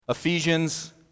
Ephesians